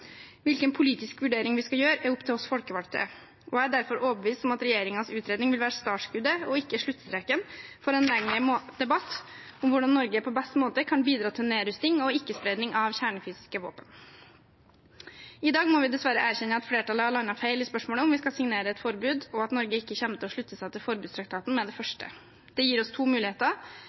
Hvilken politisk vurdering vi skal gjøre, er opp til oss folkevalgte. Jeg er derfor overbevist om at regjeringens utredning vil være startskuddet og ikke sluttstreken for en lengre debatt om hvordan Norge på best mulig måte kan bidra til nedrustning og ikke-spredning av kjernefysiske våpen. I dag må vi dessverre erkjenne at flertallet har landet feil i spørsmålet om å signere et forbud, og at Norge ikke kommer til å slutte seg til forbudstraktaten med det første. Det gir oss to muligheter: